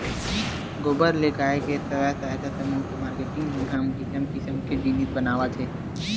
गोबर ले गाँव के स्व सहायता समूह के मारकेटिंग मन ह किसम किसम के जिनिस बनावत हे